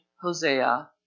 Hosea